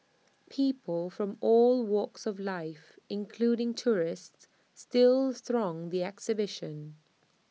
people from all walks of life including tourists still throng the exhibition